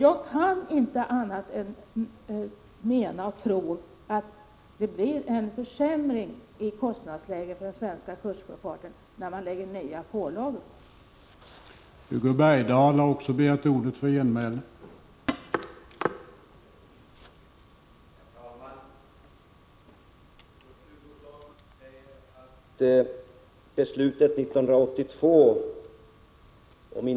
Jag kan inte tro annat än att kostnadsläget för den svenska kustsjöfarten försämras när nya pålagor läggs på näringen.